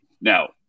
Now